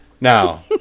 Now